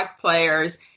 players